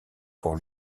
pour